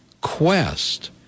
quest